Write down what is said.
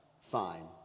sign